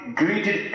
greeted